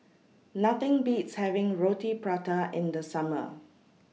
Nothing Beats having Roti Prata in The Summer